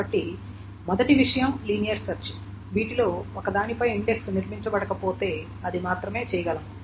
కాబట్టి మొదటి విషయం లీనియర్ సెర్చ్ వీటిలో ఒకదానిపై ఇండెక్స్ నిర్మించబడకపోతే అది మాత్రమే చేయగలము